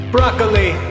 Broccoli